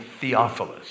Theophilus